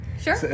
Sure